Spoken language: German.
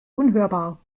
unhörbar